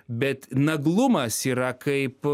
bet naglumas yra kaip